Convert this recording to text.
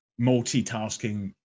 multitasking